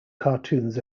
cartoons